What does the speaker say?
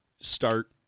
start